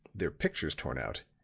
their pictures torn out,